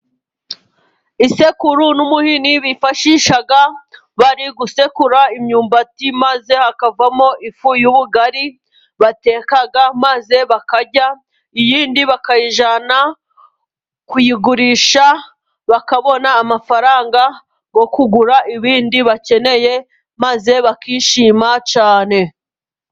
Isekuru n'umuhini，bifashisha bari gusekura imyumbati，maze hakavamo ifu y'ubugari bateka， maze bakarya， iyindi bakayijyana kuyigurisha， bakabona amafaranga， yo kugura ibindi bakeneye， maze bakishima cyane.